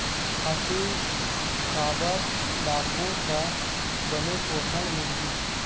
खातु काबर डारबो त बने पोषण मिलही?